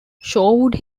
shorewood